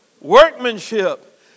workmanship